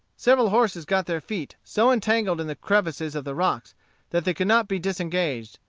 several horses got their feet so entangled in the crevices of the rocks that they could not be disengaged,